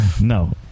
No